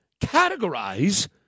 categorize